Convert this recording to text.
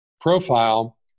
profile